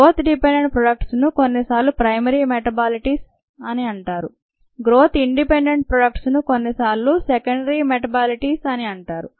growth dependent ప్రోడక్ట్స్ను కొన్నిసార్లు primary metabolites అని అంటారు గ్రోత్ ఇన్డిపెండెంట్ ప్రోడక్ట్స్ను కొన్నిసార్లు సెకండరీ మెటబాలిటిస్ అని అంటారు